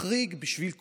נחריג בשביל הקורונה.